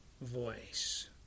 voice